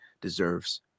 deserves